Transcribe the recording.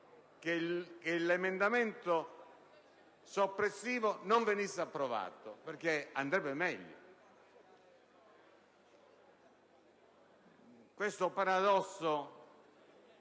l'emendamento soppressivo non venisse approvato, perché sarebbe meglio. Questo è un paradosso,